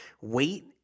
wait